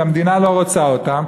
והמדינה לא רוצה אותם,